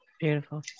Beautiful